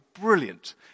brilliant